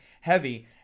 heavy